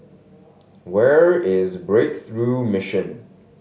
where is Breakthrough Mission